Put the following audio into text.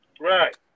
right